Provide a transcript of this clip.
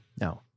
No